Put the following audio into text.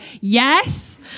yes